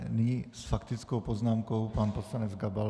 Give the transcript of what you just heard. Nyní s faktickou poznámkou pan poslanec Gabal.